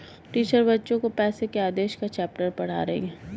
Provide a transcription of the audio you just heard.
teacher बच्चो को पैसे के आदेश का चैप्टर पढ़ा रही हैं